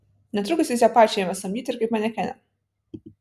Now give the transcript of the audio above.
netrukus jis ją pačią ėmė samdyti ir kaip manekenę